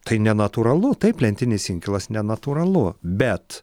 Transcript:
tai nenatūralu taip lentinis inkilas nenatūralu bet